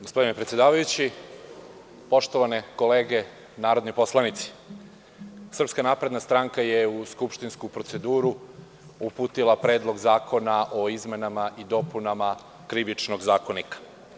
Gospodine predsedavajući, poštovane kolege narodni poslanici, SNS je u skupštinsku proceduru uputila Predlog zakona o izmenama i dopunama Krivičnog zakonika.